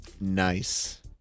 Nice